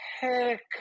heck